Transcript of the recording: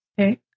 Okay